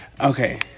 Okay